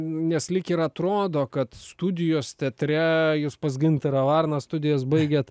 nes lyg ir atrodo kad studijos teatre jus pas gintarą varną studijas baigėt